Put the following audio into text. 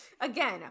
Again